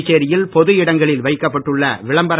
புதுச்சேரியில் பொது இடங்களில் வைக்கப்பட்டுள்ள விளம்பர